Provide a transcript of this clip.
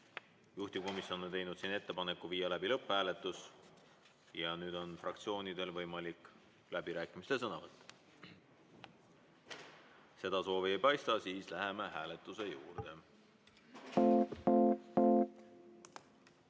Juhtivkomisjon on teinud ettepaneku viia läbi lõpphääletus. Nüüd on fraktsioonidel võimalik läbirääkimistel sõna võtta. Seda soovi ei paista, siis läheme hääletuse juurde.